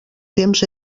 temps